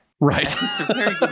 Right